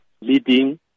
leading